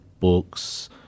books